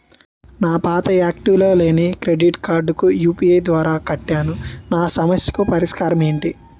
నా పాత యాక్టివ్ లో లేని క్రెడిట్ కార్డుకు యు.పి.ఐ ద్వారా కట్టాను నా సమస్యకు పరిష్కారం ఎంటి?